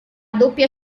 doppia